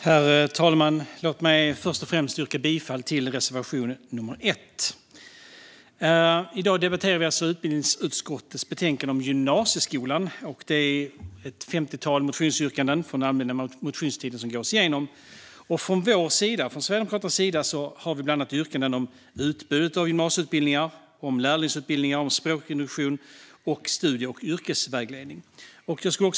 Herr talman! Låt mig först och främst yrka bifall till reservation 1. I dag debatterar vi utbildningsutskottets betänkande om gymnasieskolan. Det är ett femtiotal motionsyrkanden från den allmänna motionstiden som gås igenom. Från Sverigedemokraterna finns bland annat yrkanden om utbudet av gymnasieutbildningar, om lärlingsutbildningar, om språkintroduktion och om studie och yrkesvägledning.